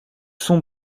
sont